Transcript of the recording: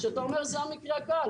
שאתה אומר שזה המקרה הקל,